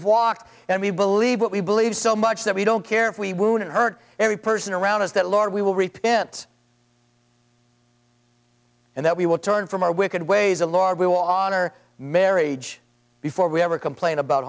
walked and we believe what we believe so much that we don't care if we wouldn't hurt every person around us that lord we will repent and that we will turn from our wicked ways the lord will on our marriage before we ever complain about